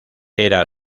era